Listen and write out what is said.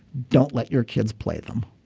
don't let your kids play them.